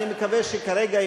אני מקווה שכרגע,